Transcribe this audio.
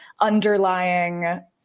underlying